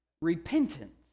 Repentance